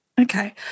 Okay